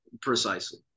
precisely